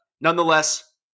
nonetheless